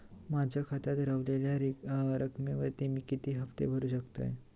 माझ्या खात्यात रव्हलेल्या रकमेवर मी किती हफ्ते भरू शकतय?